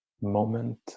moment